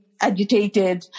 agitated